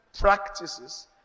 practices